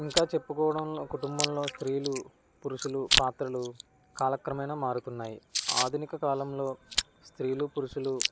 ఇంకా చెప్పుకోవడంలో కుటుంబంలో స్త్రీలు పురుషులు పాత్రలు కాలక్రమేణ మారుతున్నాయి ఆధునిక కాలంలో స్త్రీలు పురుషులు